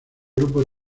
grupo